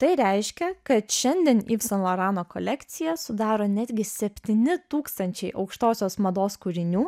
tai reiškia kad šiandien yv saint lorano kolekciją sudaro netgi septyni tūkstančiai aukštosios mados kūrinių